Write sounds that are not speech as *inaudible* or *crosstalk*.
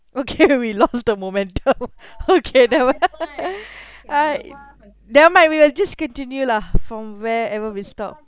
okay *laughs* we lost *laughs* the momentum *laughs* okay never mi~ *laughs* ah never mind we will just continue lah from where ever we stop